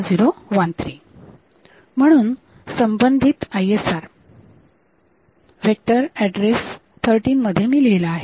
म्हणून संबंधित ISR मी वेक्टर ऍड्रेस 13 मध्ये लिहिला आहे